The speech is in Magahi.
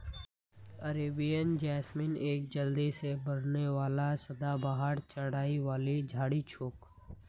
अरेबियन जैस्मीन एक जल्दी से बढ़ने वाला सदाबहार चढ़ाई वाली झाड़ी छोक